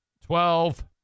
twelve